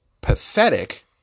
pathetic